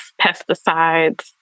pesticides